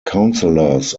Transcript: counselors